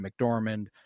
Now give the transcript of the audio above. mcdormand